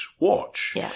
watch